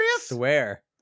Swear